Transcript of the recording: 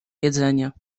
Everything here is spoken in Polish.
jedzenie